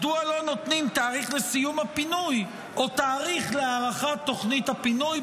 מדוע לא נותנים תאריך לסיום הפינוי או תאריך להארכת תוכנית הפינוי.